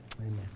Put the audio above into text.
Amen